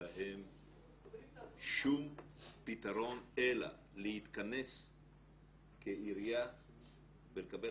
בהם שום פתרון אלא להתכנס כעירייה ולקבל